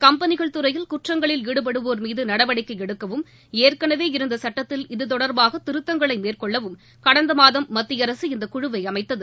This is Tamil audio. கம்பெனிகள் துறையில் குற்றங்களில் ஈடுபடுவோர் மீது நடவடிக்கை எடுக்கவும் ஏற்கனவே இருந்த சட்டத்தில் இதுதொடர்பாக திருத்தங்களை மேற்கொள்ளவும் கடந்த மாதம் மத்திய அரசு இந்தக் குழுவை அமைத்தது